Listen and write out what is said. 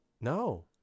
No